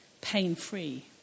pain-free